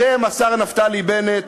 אתם, השר נפתלי בנט,